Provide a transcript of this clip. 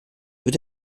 wird